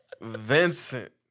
Vincent